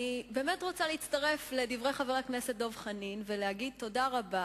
אני באמת רוצה להצטרף לדברי חבר הכנסת דב חנין ולהגיד תודה רבה,